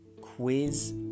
Quiz